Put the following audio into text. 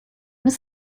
was